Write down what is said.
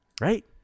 Right